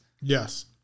Yes